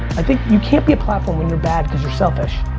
i think you can't be a platform when you're bad because you're selfish.